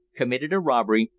committed a robbery,